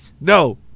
No